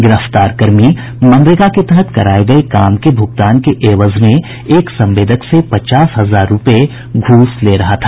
गिरफ्तार कर्मी मनरेगा के तहत कराये गये काम के भुगतान के एवज में एक संवेदक से पचास हजार रूपये घूस ले रहा था